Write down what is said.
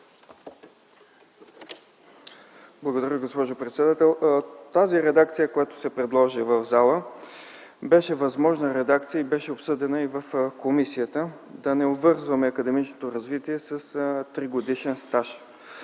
Благодаря, госпожо председател. Редакцията, която се предложи в залата, беше възможна редакция и тя беше обсъдена в заседание на комисията - да не обвързваме академичното развитие с тригодишен стаж.